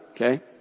Okay